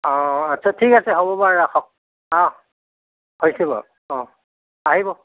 অঁ আচ্ছা ঠিক আছে হ'ব বাৰু ৰাখক অঁ থৈছোঁ বাৰু অঁ আহিব